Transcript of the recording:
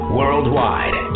worldwide